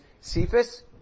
Cephas